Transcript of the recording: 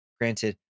Granted